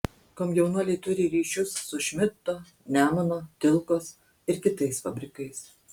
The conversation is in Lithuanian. komjaunuoliai turi ryšius su šmidto nemuno tilkos ir kitais fabrikais